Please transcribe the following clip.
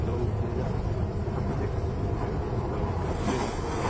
औ बिदिनो जानांसिगोन थाब खुलिनो औ थाब खुलिनांसिगोन